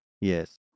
Yes